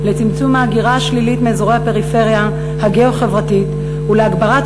לצמצום ההגירה השלילית מאזורי הפריפריה הגיאו-חברתית ולהגברת